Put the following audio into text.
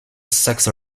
saxe